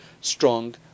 strong